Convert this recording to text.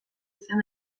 izan